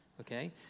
okay